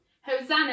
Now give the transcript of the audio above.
Hosanna